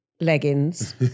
leggings